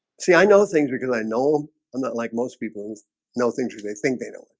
see i know things because i know i'm not like most people know things they think they don't